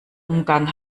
umgang